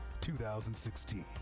2016